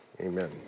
Amen